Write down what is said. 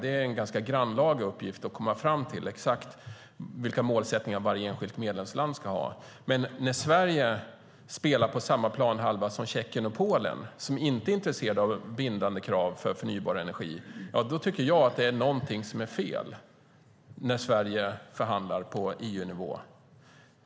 Det är en ganska grannlaga uppgift att komma fram till exakt vilka målsättningar varje enskilt medlemsland ska ha. Men när Sverige spelar på samma planhalva som Tjeckien och Polen, som inte är intresserade av bindande krav för förnybar energi, tycker jag att det är någonting som är fel när Sverige förhandlar på EU-nivå.